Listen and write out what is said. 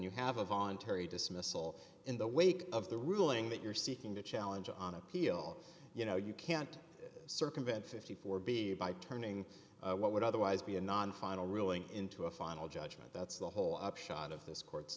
you have a voluntary dismissal in the wake of the ruling that you're seeking to challenge on appeal you know you can't circumvent fifty four dollars b by turning what would otherwise be a non final ruling into a final judgment that's the whole upshot of this court